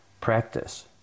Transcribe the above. practice